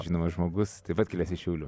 žinomas žmogus taip pat kilęs iš šiaulių